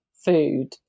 food